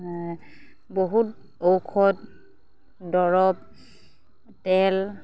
বহুত ঔষধ দৰৱ তেল